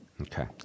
Okay